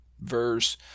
verse